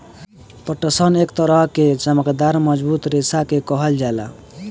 पटसन एक तरह के चमकदार मजबूत रेशा के कहल जाला